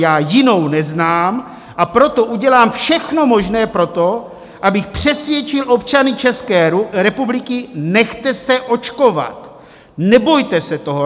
Já jinou neznám, a proto udělám všechno možné pro to, abych přesvědčil občany České republiky nechte se očkovat, nebojte se toho.